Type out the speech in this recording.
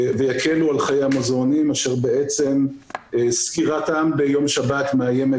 ויקלו על חיי המוזיאונים אשר סגירתם ביום שבת מאיימת